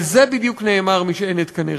על זה בדיוק נאמר: משענת קנה רצוץ.